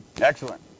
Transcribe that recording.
Excellent